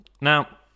now